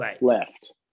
left